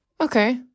Okay